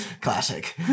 Classic